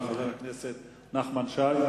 חבר הכנסת נחמן שי.